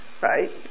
right